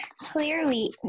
clearly –